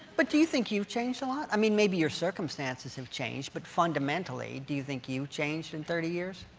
but do you think you've changed a lot? i mean, maybe your circumstances have changed, but fundamentally, do you think you've changed in thirty years?